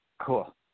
Cool